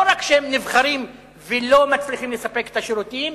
לא רק שהם נבחרים ולא מצליחים לספק את השירותים,